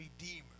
Redeemer